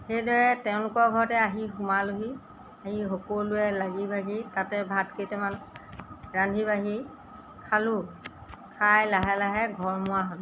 সেইদৰে তেওঁলোকৰ ঘৰতে আহি সোমালোহি আহি সকলোৱে লাগি ভাগি তাতে ভাত কেইটামান ৰান্ধি বাঢ়ি খালো খাই লাহে লাহে ঘৰমূৱা হ'লোঁ